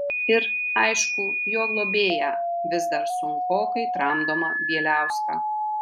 ir aišku jo globėją vis dar sunkokai tramdomą bieliauską